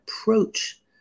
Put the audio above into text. approach